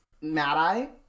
Mad-Eye